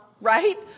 right